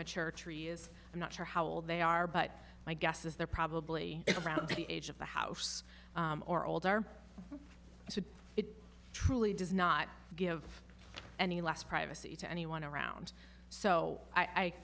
mature trees i'm not sure how old they are but my guess is they're probably around the age of the house or older so it truly does not give any less privacy to anyone around so i